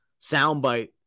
Soundbite